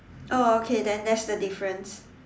oh okay then that's the difference